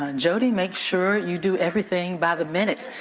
um jody makes sure you do everything by the minute.